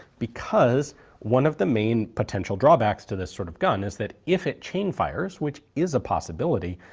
because one of the main potential drawbacks to this sort of gun is that if it chain fires, which is a possibility,